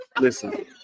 listen